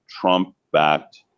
Trump-backed